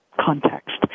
context